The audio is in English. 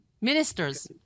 Ministers